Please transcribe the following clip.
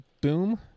boom